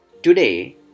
Today